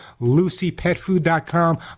LucyPetFood.com